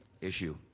issue